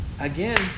again